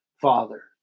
Father